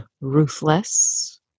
Ruthless